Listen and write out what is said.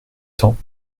temps